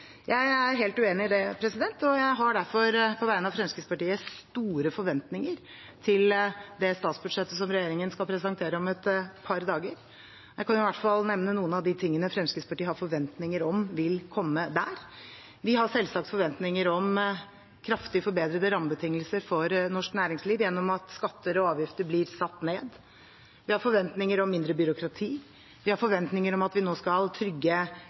Jeg er helt uenig i det. Jeg har derfor på vegne av Fremskrittspartiet store forventninger til det statsbudsjettet som regjeringen skal presentere om et par dager. Jeg kan i hvert fall nevne noen av de tingene Fremskrittspartiet har forventninger om vil komme der. Vi har selvsagt forventninger om kraftig forbedrede rammebetingelser for norsk næringsliv gjennom at skatter og avgifter blir satt ned. Vi har forventninger om mindre byråkrati. Vi har forventninger om at vi nå skal trygge